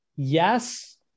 Yes